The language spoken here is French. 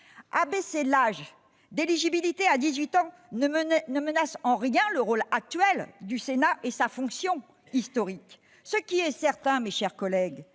Abaisser l'âge d'éligibilité à dix-huit ans ne menace en rien le rôle actuel du Sénat et sa fonction historique. Ce qui est certain, mes chers collègues,